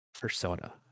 Persona